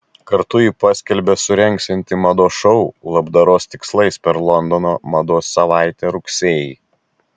kartu ji paskelbė surengsianti mados šou labdaros tikslais per londono mados savaitę rugsėjį